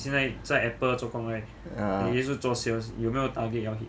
ya